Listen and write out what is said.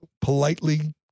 politely